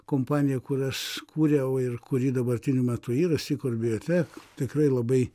kompanija kur aš kūriau ir kuri dabartiniu metu yra kur biotech tikrai labai